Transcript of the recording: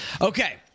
Okay